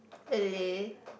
really